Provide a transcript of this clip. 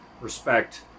respect